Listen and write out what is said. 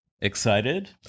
excited